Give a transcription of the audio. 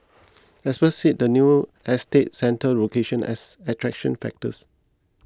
experts cited the new estate's central location as attraction factors